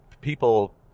people